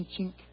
chink